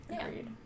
Agreed